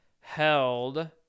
held